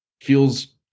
feels